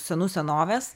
senų senovės